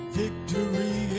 victory